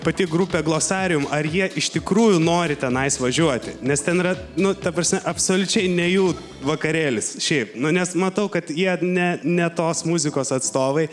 pati grupė glossarium ar jie iš tikrųjų nori tenais važiuoti nes ten yra nu ta prasme absoliučiai ne jų vakarėlis šiaip nu nes matau kad jie ne ne tos muzikos atstovai